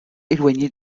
éloigné